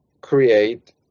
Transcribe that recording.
create